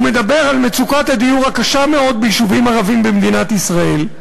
הוא מדבר על מצוקת הדיור הקשה מאוד ביישובים ערביים במדינת ישראל,